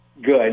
Good